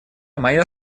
моя